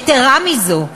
יתרה מזו,